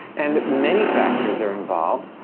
and many factors are involved.